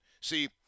See